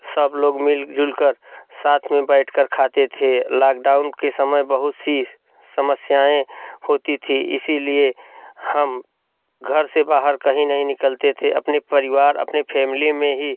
सब लोग मिल जुल कर साथ में बैठ कर खाते थे लाकडाउन के समय बहुत सी समस्याएँ होती थी इसलिए हम घर से बाहर कहीं नहीं निकलते थे अपने परिवार अपने फैमिली में ही